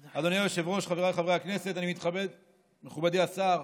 היושב-ראש, חבריי חברי הכנסת, מכובדי השר,